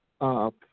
up